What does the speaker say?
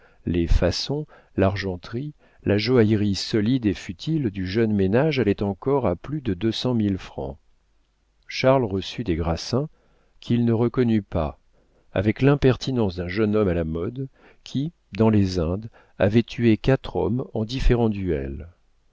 les façons l'argenterie la joaillerie solide et futile du jeune ménage allaient encore à plus de deux cent mille francs charles reçut des grassins qu'il ne reconnut pas avec l'impertinence d'un jeune homme à la mode qui dans les indes avait tué quatre hommes en différents duels